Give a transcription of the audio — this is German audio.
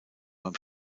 beim